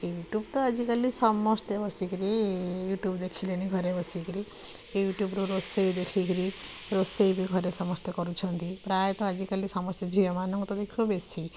YouTube ତ ଆଜିକାଲି ସମସ୍ତେ ବସିକିରି ୟୁଟୁବ୍ ଦେଖିଲେଣି ଘରେ ବସିକିରି ୟୁଟୁବ୍ରୁ ରୋଷେଇ ଦେଖିକିରି ରୋଷେଇ ବି ଘରେ ସମସ୍ତେ କରୁଛନ୍ତି ପ୍ରାୟତଃ ଆଜିକାଲି ସମସ୍ତେ ଝିଅମାନଙ୍କୁ ତ ଦେଖିବ ବେଶି